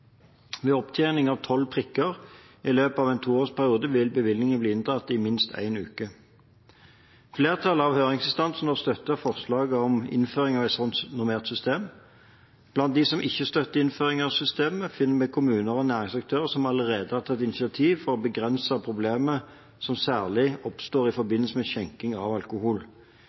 Ved opptjening av tolv prikker i løpet av en toårsperiode vil bevillingen bli inndratt i minst én uke. Flertallet av høringsinstansene har støttet forslaget om innføring av et slikt normert system. Blant dem som ikke støtter innføring av systemet, finner vi kommuner og næringsaktører som allerede har tatt initiativ for å begrense problemer som særlig oppstår i